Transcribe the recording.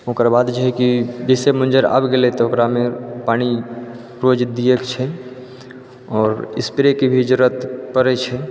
ओकर बाद जेकि जैसे मञ्जर आबि गेलै तऽ ओकरामे पानी रोज दिएक छै आओर इस्प्रेके भी जरूरत पड़ै छै